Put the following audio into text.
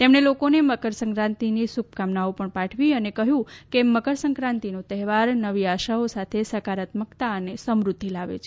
તેમણે લોકોને મકરસંકાતિની શુભકામનાઓ પણ પાઠવી અને કહ્યુ કે મકરસંક્રાંતિનો તહેવાર નવી આશાઓ સાથે સકારાત્મકતા અને સમૃદ્ધિ લાવે છે